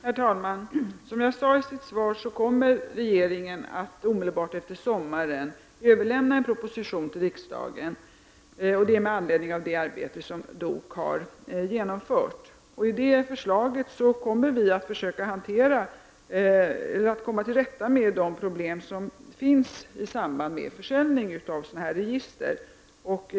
Herr talman! Som jag sade i mitt svar kommer regeringen omedelbart efter sommaren att överlämna en proposition till riksdagen. Detta sker med anledning av det arbete som DOK har genomfört. I det förslaget skall vi komma till rätta med de problem som finns i samband med försäljning av sådana här register.